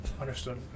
Understood